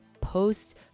post